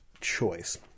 choice